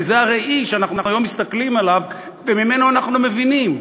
כי הרי זה אי שאנחנו היום מסתכלים עליו וממנו אנחנו מבינים.